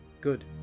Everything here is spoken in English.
Good